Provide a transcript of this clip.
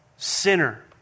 Sinner